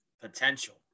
potential